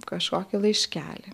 kažkokį laiškelį